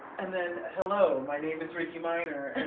and then hello my name is ricky minor and